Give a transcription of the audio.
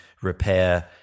repair